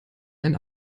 einen